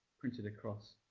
printed across.